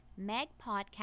Megpodcast